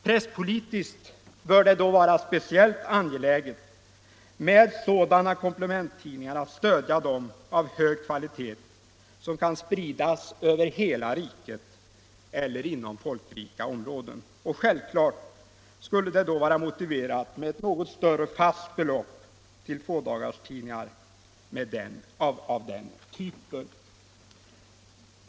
Presspolitiskt bör det vara speciellt angeläget att stödja sådana komplementtidningar med hög kvalitet, vilka kan spridas över hela landet eller inom folkrika områden. Självklart skulle det då vara motiverat med ett något större fast belopp till fådagarstidningar av den typen.